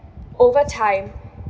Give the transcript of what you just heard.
over time